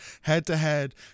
head-to-head